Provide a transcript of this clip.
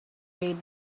bade